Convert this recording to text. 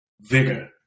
vigor